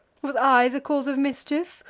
was i the cause of mischief,